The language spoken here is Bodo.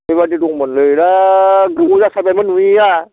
बेबायदि दंमोनलै दा गोबाव जाथारबायमोन नुयैआ